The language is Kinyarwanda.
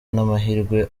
n’amahirwe